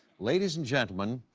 ladies and gentlemen,